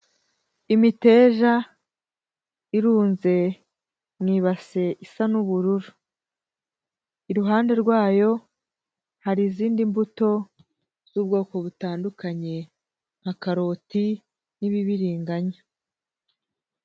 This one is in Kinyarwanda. Imiteja irunze mu ibase isa n'ubururu. Iruhande rwayo hari izindi mbuto z'ubwoko butandukanye nka karoti, n'ibibiringanya.